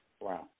Wow